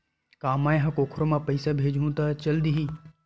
का मै ह कोखरो म पईसा भेजहु त चल देही?